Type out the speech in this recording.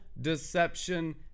deception